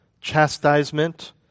chastisement